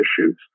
issues